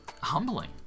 humbling